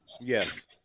Yes